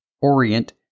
orient